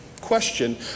question